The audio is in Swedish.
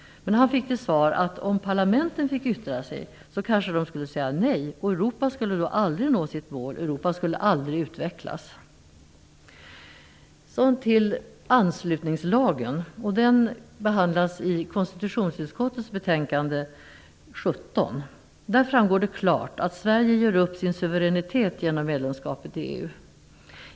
Men han fick till svar att om parlamenten fick yttra sig kanske de skulle säga nej, och Europa skulle aldrig nå sitt mål, Europa skulle aldrig utvecklas. Till anslutningslagen. Den behandlas i konstitutionsutskottets betänkande 17. Där framgår det klart att Sverige ger upp sin suveränitet genom medlemskapet i EU.